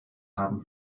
haben